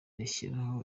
rishyiraho